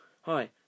Hi